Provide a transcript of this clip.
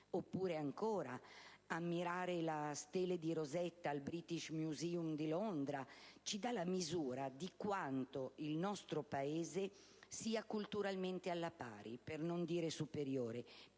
o ancora, ammirare la Stele di Rosetta al British Museum di Londra ci danno la misura di quanto il nostro Paese sia culturalmente alla pari, per non dire superiore.